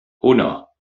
uno